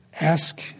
Ask